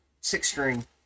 six-string